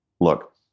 look